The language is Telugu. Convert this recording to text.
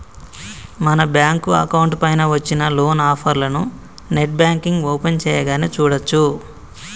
మన బ్యాంకు అకౌంట్ పైన వచ్చిన లోన్ ఆఫర్లను నెట్ బ్యాంకింగ్ ఓపెన్ చేయగానే చూడచ్చు